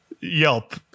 Yelp